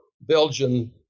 Belgian